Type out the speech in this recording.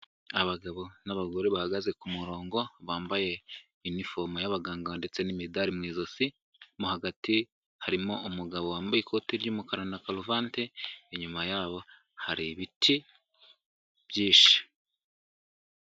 Abagabo n'abagore bahagaze ku murongo bambaye inifomu y'abaganga ndetse n'imidari mu ijosi, mo hagati harimo umugabo wambaye ikoti ry'umukara na karuvati, inyuma yabo hari ibiti byinshi.